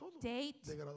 Date